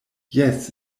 jes